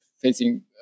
facing